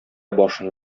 башын